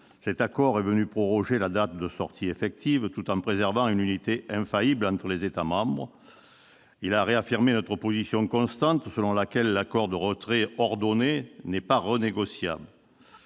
Cet accord est venu proroger la date de sortie effective, tout en préservant une unité infaillible entre les États membres. Il a réaffirmé notre position constante selon laquelle l'accord de retrait ordonné n'est pas renégociable.